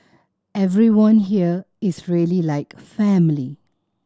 everyone here is really like family